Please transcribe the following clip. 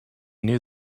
knew